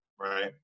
right